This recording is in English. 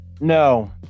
No